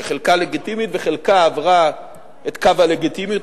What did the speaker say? שחלקה לגיטימית וחלקה עברה את קו הלגיטימיות,